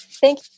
Thank